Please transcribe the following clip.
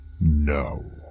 No